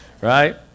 Right